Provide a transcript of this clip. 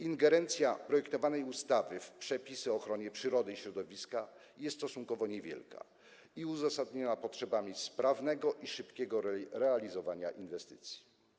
Ingerencja projektowanej ustawy w przepisy o ochronie przyrody i środowiska jest stosunkowo niewielka i uzasadniona potrzebami sprawnego i szybkiego realizowania inwestycji.